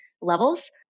levels